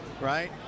right